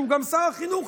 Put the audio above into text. שהוא גם שר החינוך,